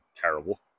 terrible